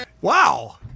Wow